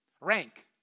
rank